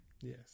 Yes